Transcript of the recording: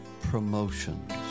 Promotions